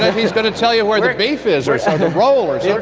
he's going to tell you where the beef is or so the rollers yeah